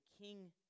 king